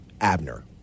Abner